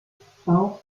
bauch